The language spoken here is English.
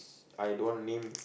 I don't wanna name